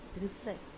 reflect